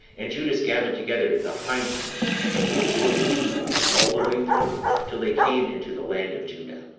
and judas gathered together the hindmost, and he exhorted the people, all the way through, till they came into the land of juda.